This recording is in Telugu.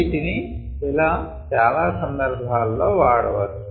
వీటిని ఇలా చాలా సందర్భాల లో వాడవచ్చు